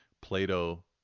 Plato